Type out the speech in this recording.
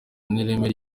n’ireme